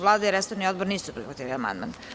Vlada i resorni odbor nisu prihvatili amandman.